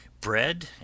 bread